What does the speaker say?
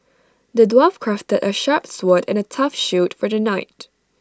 the dwarf crafted A sharp sword and A tough shield for the knight